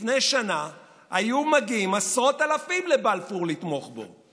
לפני שנה היו מגיעים עשרות אלפים לבלפור לתמוך בו.